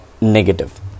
negative